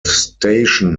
station